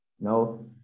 No